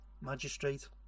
magistrate